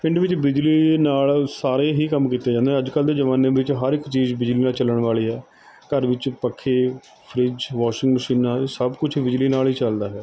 ਪਿੰਡ ਵਿੱਚ ਬਿਜਲੀ ਨਾਲ਼ ਸਾਰੇ ਹੀ ਕੰਮ ਕੀਤੇ ਜਾਂਦੇ ਨੇ ਅੱਜ ਕੱਲ੍ਹ ਦੇ ਜ਼ਮਾਨੇ ਵਿੱਚ ਹਰ ਇੱਕ ਚੀਜ਼ ਬਿਜਲੀ ਨਾਲ਼ ਚੱਲਣ ਵਾਲ਼ੀ ਹੈ ਘਰ ਵਿੱਚ ਪੱਖੇ ਫ਼ਰਿੱਜ ਵਾਸ਼ਿੰਗ ਮਸ਼ੀਨਾਂ ਸਭ ਕੁਛ ਬਿਜਲੀ ਨਾਲ਼ ਹੀ ਚੱਲਦਾ ਹੈ